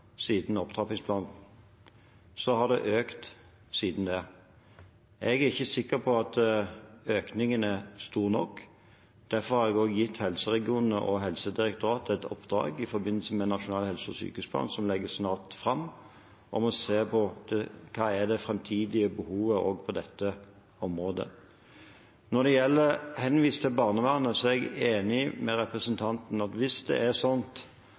siden opptrappingsplanen. Så har det økt siden det. Jeg er ikke sikker på at økningen er stor nok, derfor har jeg også gitt helseregionene og Helsedirektoratet et oppdrag i forbindelse med Nasjonal helse- og sykehusplan, som snart legges fram, om å se på hva som er det framtidige behovet også på dette området. Når det gjelder henvisninger til barnevernet, er jeg enig med representanten i at hvis det er